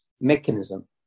mechanism